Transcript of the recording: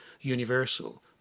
universal